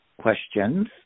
questions